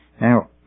Now